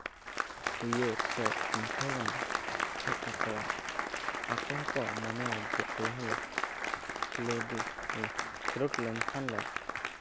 ᱩᱭᱦᱟᱹᱨ ᱥᱮ ᱪᱤᱱᱛᱟᱹ ᱵᱷᱟᱵᱽᱱᱟ ᱦᱮᱡ ᱟᱠᱚᱣᱟ ᱟᱠᱚ ᱠᱚ ᱦᱚᱸᱠᱚ ᱢᱚᱱᱮᱭᱟ ᱡᱮ ᱟᱞᱮ ᱦᱚᱸᱞᱮ ᱠᱷᱮᱞᱳᱰᱫᱟ ᱠᱷᱮᱞᱳᱰ ᱞᱮᱱᱠᱷᱟᱱ ᱞᱮ